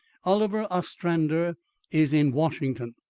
oliver ostrander is in washington.